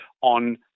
on